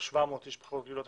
או 700 איש כמו בבחירות רגילות,